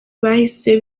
bahise